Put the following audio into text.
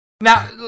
Now